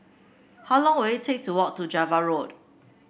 how long will it take to walk to Java Road